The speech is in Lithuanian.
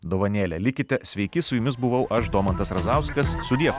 dovanėlę likite sveiki su jumis buvau aš domantas razauskas sudie